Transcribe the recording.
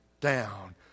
down